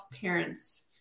parents